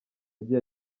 yagiye